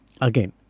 again